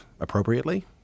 appropriately